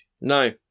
No